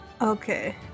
Okay